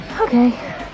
Okay